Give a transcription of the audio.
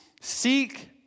seek